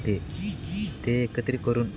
ते ते एकत्र करून